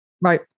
Right